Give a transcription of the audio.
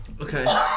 Okay